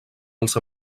els